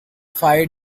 five